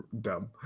dumb